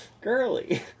Girly